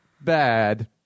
Bad